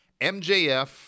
MJF